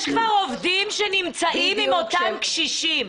יש כבר עובדים שנמצאים עם אותם קשישים.